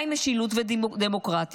מה עם משילות ודמוקרטיה?